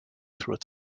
through